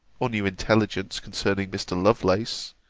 or new intelligence concerning mr. lovelace,